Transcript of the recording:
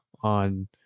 on